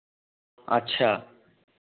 अच्छा